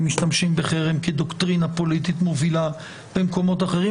משתמשים בחרם כדוקטרינה פוליטית מובילה במקומות אחרים.